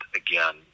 again